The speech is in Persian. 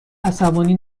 عصبانی